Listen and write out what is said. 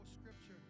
scripture